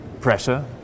pressure